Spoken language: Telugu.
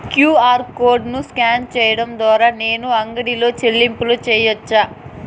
క్యు.ఆర్ కోడ్ స్కాన్ సేయడం ద్వారా నేను అంగడి లో చెల్లింపులు సేయొచ్చా?